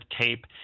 tape